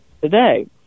today